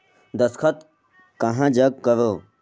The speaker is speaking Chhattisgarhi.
दस्खत कहा जग करो?